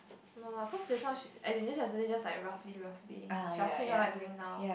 no lah cause just now she as in she yesterday just roughly roughly she asking what I'm doing now